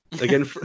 Again